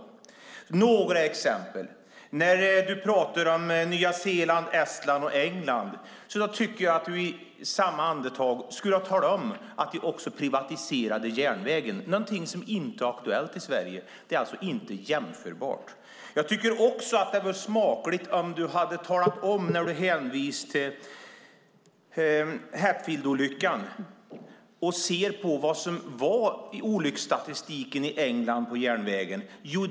Här är några exempel: Anders Ygeman talar om Nya Zeeland, Estland och Storbritannien. Då tycker jag att han i samma andetag skulle ha talat om att de också privatiserade järnvägen, någonting som inte är aktuellt i Sverige. Det är alltså inte jämförbart. Jag tycker också att det hade varit smakligt om Anders Ygeman när han hänvisade till Hatfieldolyckan hade talat om vad som fanns i olycksstatistiken för järnvägen i England.